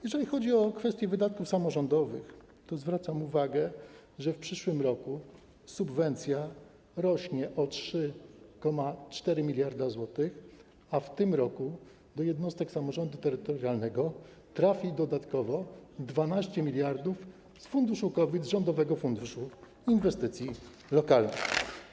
Jeżeli chodzi o kwestie wydatków samorządowych, to zwracam uwagę, że w przyszłym roku subwencja rośnie o 3,4 mld zł, a w tym roku do jednostek samorządu terytorialnego trafi dodatkowo 12 mld zł z funduszu COVID, Rządowego Funduszu Inwestycji Lokalnych.